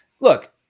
Look